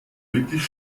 wirklich